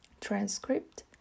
transcript